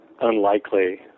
unlikely